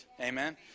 Amen